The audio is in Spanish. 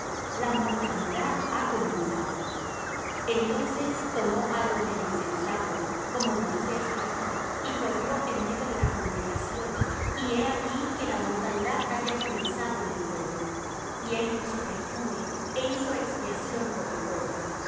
la mortandad ha comenzado entonces tomó aarón el incensario como moisés dijo y corrió en medio de la congregación y he aquí que la mortandad había comenzado en el pueblo y él puso perfume é hizo expiación por el pueblo